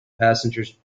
passengers